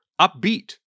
upbeat